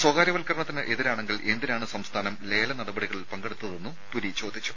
സ്വകാര്യ വൽക്കരണത്തിന് എതിരാണെങ്കിൽ എന്തിനാണ് സംസ്ഥാനം ലേല നടപടികളിൽ പങ്കെടുത്തതെന്നും പുരി ചോദിച്ചു